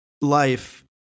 life